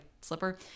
slipper